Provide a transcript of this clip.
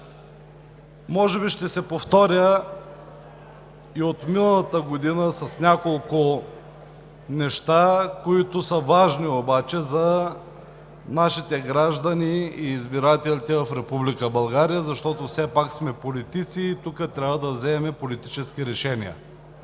Може би ще се повторя и от миналата година с няколко неща, които са важни обаче за нашите граждани и избирателите в Република България, защото все пак сме политици и тук трябва да вземем политически решения.